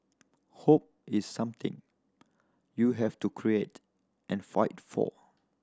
hope is something you have to create and fight for